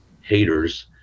haters